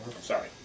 Sorry